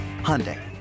Hyundai